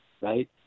Right